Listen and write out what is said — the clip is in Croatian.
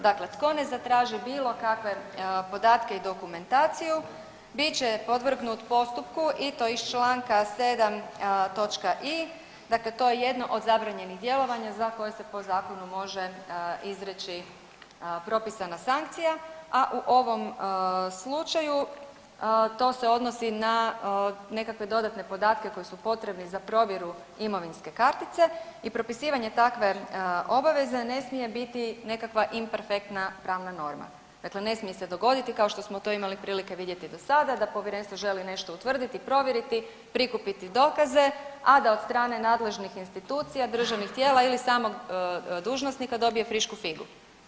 Dakle tko ne zatraži bilo kakve podatke i dokumentaciju, bit će podvrgnut postupku i to iz čl. 7 toč. i, dakle to je jedno od zabranjenih djelovanja za koje se po zakonu može izreći propisana sankcija, a u ovom slučaju, to se odnosi na nekakve dodatne podatke koji su potrebni za provjeru imovinske kartice i propisivanje takve obaveze ne smije biti nekakva imperfektna pravna norma, dakle ne smije se dogoditi, kao što smo to imali prilike vidjeti do sada, da Povjerenstvo želi nešto utvrditi i provjeriti, prikupiti dokaze, a da od strane nadležnih institucija, državnih tijela ili samog dužnosnika dobije frišku figu.